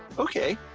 okay.